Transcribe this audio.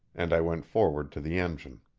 and i went forward to the engine.